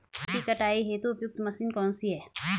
धान की कटाई हेतु उपयुक्त मशीन कौनसी है?